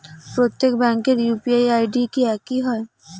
প্রত্যেক ব্যাংকের UPI ID কি একই হয়?